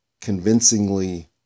convincingly